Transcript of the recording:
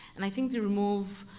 and i think they remove,